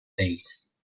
base